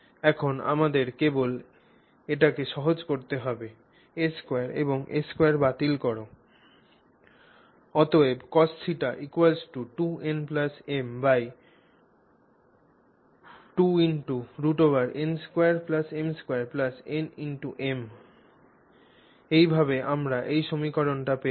এখন আমাদের কেবল এটিকে সহজ করতে হবে a2 এবং a2 বাতিল কর অতএব এইভাবে আমরা এই সমীকরণটি পেলাম